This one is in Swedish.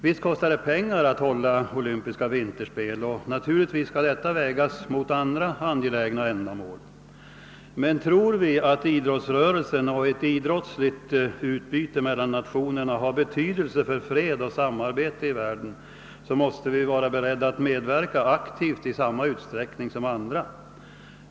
Visst kostar det pengar att hålla olympiska vinterspel, och kostnaderna skall naturligtvis vägas mot andra angelägna ändamål, men om vi tror att idrottsrörelsen och. det idrottsliga utbytet mellan nationerna har betydelse för freden och samarbetet i världen måste vi vara beredda att i samma utsträckning som andra medverka aktivt.